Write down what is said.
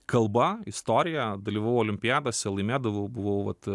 kalba istorija dalyvavau olimpiadose laimėdavau buvau vat